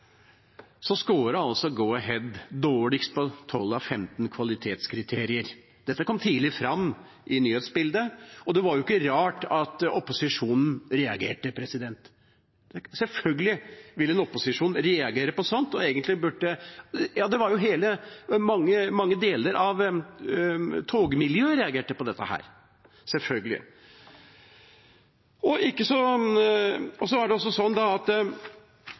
altså Go-Ahead dårligst på 12 av 15 kvalitetskriterier. Dette kom tidlig fram i nyhetsbildet, og det var jo ikke rart at opposisjonen reagerte. Sjølsagt vil en opposisjon reagere på sånt, og mange deler av togmiljøet reagerte også på dette. Jeg kan ikke se, ved å granske alle de dokumentene vi har hatt innsyn i, hva som skulle tilsi at